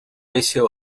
ratio